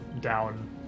down